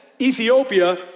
Ethiopia